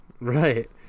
right